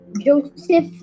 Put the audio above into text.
Joseph